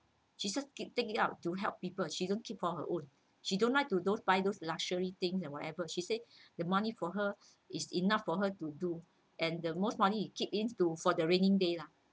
she's just take it up to help people she don't keep for her own she don't like to those buy those luxury things and whatever she say the money for her is enough for her to do and the most money you keep in to for the raining day lah